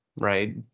right